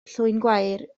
llwyngwair